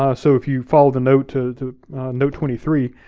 ah so if you follow the note to to note twenty three,